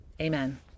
Amen